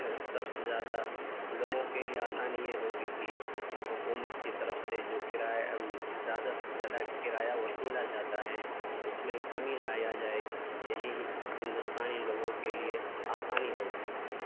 سب سے زیادہ لوگوں کے لیے آسانی یہ ہوگی کہ حکومت کی طرف جو کرایہ زیادہ سے زیادہ کرایہ وصولا جاتا ہے اس میں کمی لایا جائے یہی ہندوستانی لوگوں کے لیے آسانی ہوگی